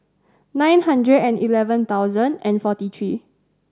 nine hundred and eleven thousand and forty three